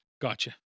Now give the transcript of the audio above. Gotcha